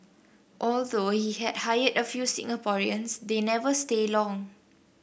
although he has hired a few Singaporeans they never stay long